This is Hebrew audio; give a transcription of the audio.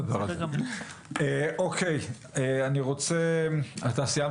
אוקי, אתה סיימת?